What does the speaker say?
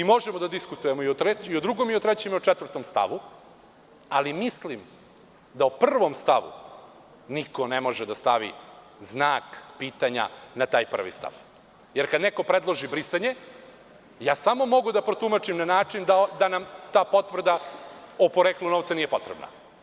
Možemo da diskutujemo i o drugom i o trećem i o četvrtom stavu, ali mislim da o prvom stavu niko ne može da stavi znak pitanja na taj prvi stav, jer kada neko predloži brisanje, ja samo mogu da protumačim na način da nam ta potvrda o poreklu novca nije potrebna.